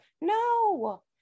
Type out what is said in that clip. No